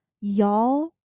Y'all